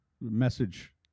message